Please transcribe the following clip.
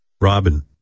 Robin